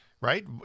right